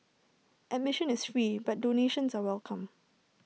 admission is free but donations are welcome